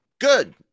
good